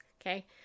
Okay